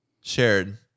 shared